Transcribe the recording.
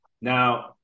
Now